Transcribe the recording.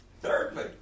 Thirdly